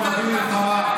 זה מביא מלחמה.